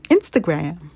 Instagram